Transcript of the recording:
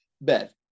bed